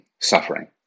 suffering